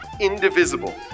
indivisible